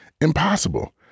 impossible